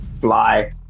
fly